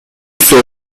سویا